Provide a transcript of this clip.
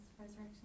Resurrection